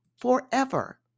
forever